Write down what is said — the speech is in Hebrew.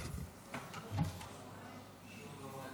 אדוני היושב בראש,